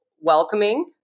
welcoming